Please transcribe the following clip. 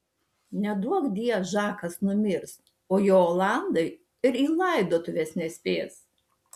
neduokdie žakas numirs o jo olandai ir į laidotuves nespės